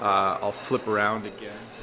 i'll flip around again.